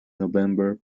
november